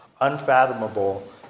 unfathomable